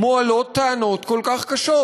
מועלות טענות כל כך קשות?